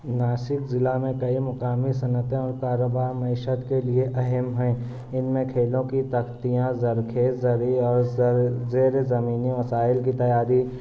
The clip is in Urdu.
ناسک ضلع میں کئی مقامی صنعتیں اور کاروبار معیشت کے لئے اہم ہیں ان میں کھیلوں کی تختیاں زرخیز زرعی اور زیرزمینی مسائل کی تیاری